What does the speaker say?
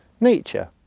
nature